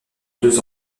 deux